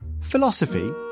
Philosophy